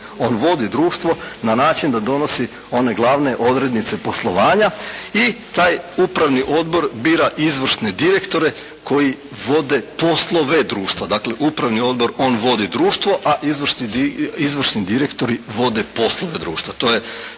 On vodi društvo na način da donosi one glavne odrednice poslovanja i taj upravni odbor bira izvršne direktore koji vode poslove društva. Dakle upravni odbor on vodi društvo, a izvršni direktori vode poslove društva.